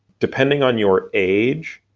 depending on your age,